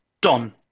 Don